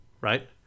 right